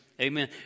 Amen